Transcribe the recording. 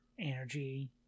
energy